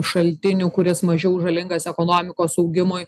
šaltinių kuris mažiau žalingas ekonomikos augimui